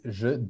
je